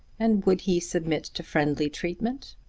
and would he submit to friendly treatment?